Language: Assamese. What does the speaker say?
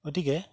গতিকে